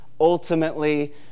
ultimately